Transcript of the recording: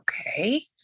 okay